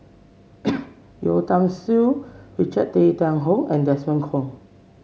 Yeo Tiam Siew Richard Tay Tian Hoe and Desmond Kon